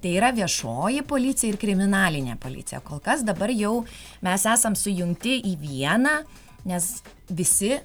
tai yra viešoji policija ir kriminalinė policija kol kas dabar jau mes esam sujungti į vieną nes visi